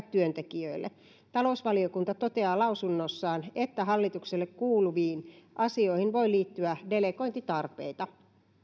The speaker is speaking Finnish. työntekijöille talousvaliokunta toteaa lausunnossaan että hallitukselle kuuluviin asioihin voi liittyä delegointitarpeita